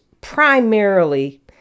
primarily